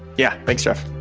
yeah. thanks, jeff.